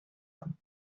homme